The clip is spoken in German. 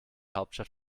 hauptstadt